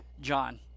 john